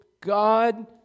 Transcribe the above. God